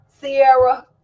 Sierra